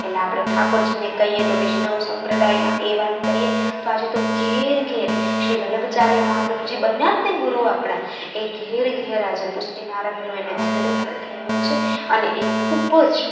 એટલે આપણે ઠાકોરજીને કહીએ તો વૈષ્ણવ સંપ્રદાયમાં એ વાત કરીએ તો આજે તો ઘરે ઘરે શ્રી વલ્લભચાર્ય મહાપ્રભુજી બન્યા જ ને ગુરુ આપણા એ ઘરે ઘરે આજે પુષ્ટી મારગનો એને ઝંડો ફરકાવ્યો છે અને એ ખૂબ જ